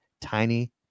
Tiny